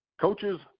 Coaches